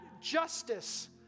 justice